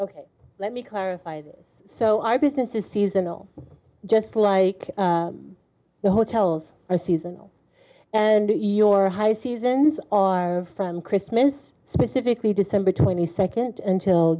ok let me clarify so our business is seasonal just like the hotels are seasonal and your high seasons are from christmas specifically december twenty second and til